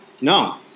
No